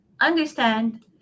understand